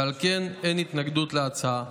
ועל כן אין התנגדות להצעה.